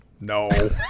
No